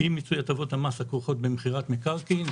אי מיצוי הטבות המס הכרוכות במכירת מקרקעין,